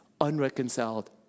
unreconciled